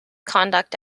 conduct